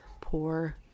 poor